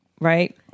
Right